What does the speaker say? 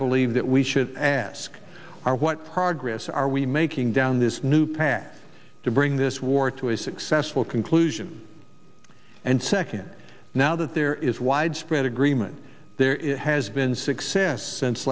believe that we should ask are what progress are we making down this new path to bring this war to a successful conclusion and second now that there is widespread agreement there has been success since